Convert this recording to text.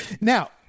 Now